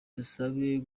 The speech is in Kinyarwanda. tusabe